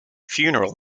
funeral